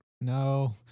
No